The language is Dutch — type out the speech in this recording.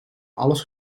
alles